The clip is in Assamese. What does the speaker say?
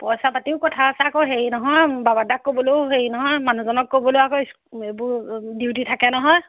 পইছা পাতিও কথা আছে আকৌ হেৰি নহয় বাবাদাক ক'বলৈয়ো হেৰি নহয় মানুহজনক ক'বলৈয়ো আকৌ এইবোৰ ডিউটি থাকে নহয়